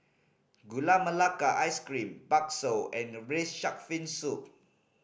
Gula Melaka Ice Cream bakso and Braised Shark Fin Soup